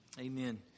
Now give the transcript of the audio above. Amen